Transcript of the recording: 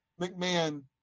McMahon